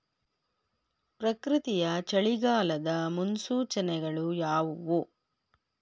ಪ್ರಕೃತಿಯ ಚಳಿಗಾಲದ ಮುನ್ಸೂಚನೆಗಳು ಯಾವುವು?